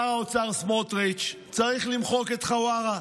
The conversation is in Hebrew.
שר האוצר סמוטריץ' צריך למחוק את חווארה.